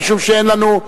משום שאין לנו,